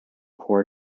poor